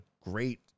great